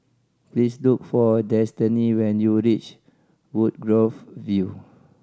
please look for Destini when you reach Woodgrove View